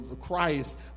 Christ